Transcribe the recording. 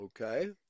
Okay